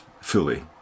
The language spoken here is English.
fully